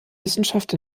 wissenschaft